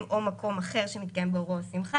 או מקום אחר שמתקיים בו אירוע או שמחה".